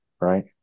Right